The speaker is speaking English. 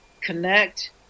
connect